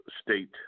state